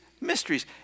mysteries